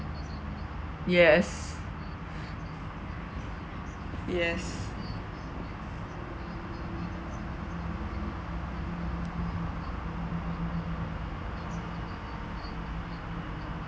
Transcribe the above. yes yes